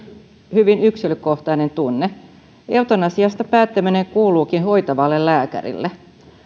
hyvin yksilökohtainen tunne eutanasiasta päättäminen kuuluukin hoitavalle lääkärille